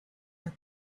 and